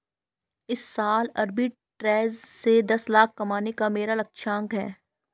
इस साल arbitrage से दस लाख कमाने का मेरा लक्ष्यांक है